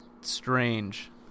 strange